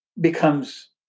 becomes